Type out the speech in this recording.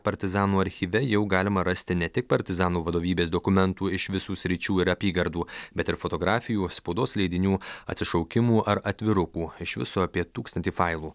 partizanų archyve jau galima rasti ne tik partizanų vadovybės dokumentų iš visų sričių ir apygardų bet ir fotografijų spaudos leidinių atsišaukimų ar atvirukų iš viso apie tūkstantį failų